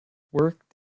worked